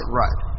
right